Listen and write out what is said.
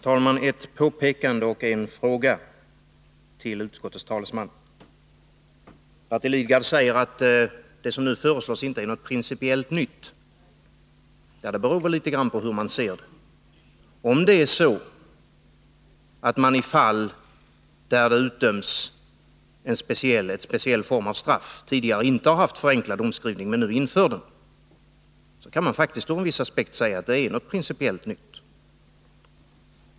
Herr talman! Ett påpekande och en fråga till utskottets talesman. Bertil Lidgard säger att det som nu föreslås inte är något principiellt nytt. Ja, det beror litet grand på hur man ser det. Om man i fall där det utdöms en speciell form av straff tidigare inte har haft förenklad domskrivning men nu inför sådan, kan man faktiskt ur en viss aspekt säga att det är något principiellt nytt.